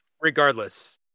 regardless